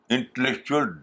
Intellectual